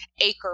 acre